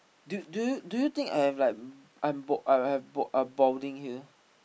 do do you do you think I am like I'm bald I have have bald I'm balding here